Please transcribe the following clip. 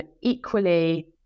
Equally